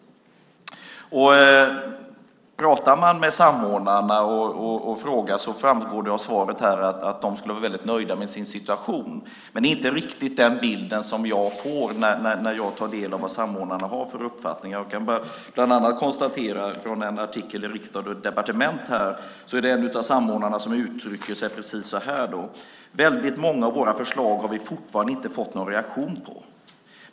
Det framgår av ministerns svar att samordnarna, om man frågar dem, skulle vara nöjda med sin situation. Det är dock inte riktigt den bild jag får när jag tar del av vad samordnarna har för uppfattning. Detta kan jag bland annat konstatera utifrån en artikel i Riksdag & Departement där en av samordnarna uttrycker sig på följande sätt: "Väldigt många av våra förslag har vi fortfarande inte fått någon reaktion på.